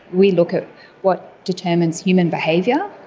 we look at what determines human behaviour,